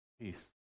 peace